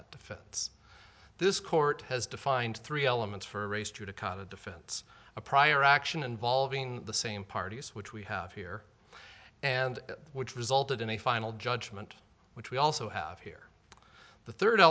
that defense this court has defined three elements for a straight a cut of defense a prior action involving the same parties which we have here and which resulted in a final judgment which we also have here the third